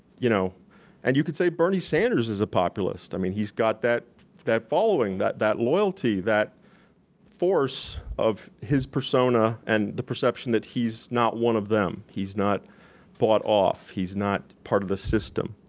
you know and you could say bernie sanders is a populist, i mean he's got that that following, that that loyalty, that force of his persona, and the perception that he's not one of them, he's not bought off, he's not part of the system,